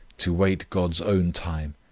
to wait god's own time,